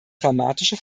dramatische